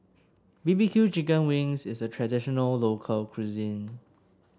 B B Q Chicken Wings is a traditional local cuisine